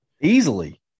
easily